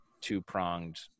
two-pronged